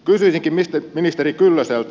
kysyisinkin ministeri kyllöseltä